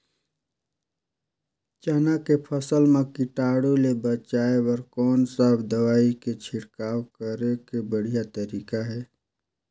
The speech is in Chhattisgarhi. चाना के फसल मा कीटाणु ले बचाय बर कोन सा दवाई के छिड़काव करे के बढ़िया तरीका हे?